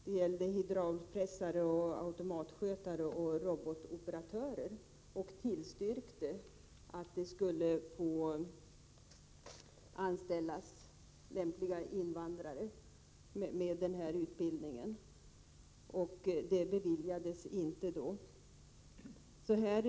Det gällde hydraulpressare, automatskötare och robotoperatörer. Man tillstyrkte då att lämpliga invandrare med erforderlig utbildning skulle få anställas. Ändå beviljades detta senare inte.